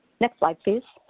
next slide please.